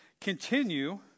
continue